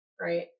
Right